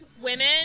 women